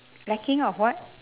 lacking of what